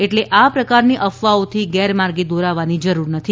એટલે આ પ્રકારની અફવાઓથી ગેરમાર્ગે દોરાવાની જરૂર નથી